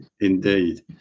indeed